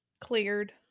Cleared